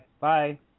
Bye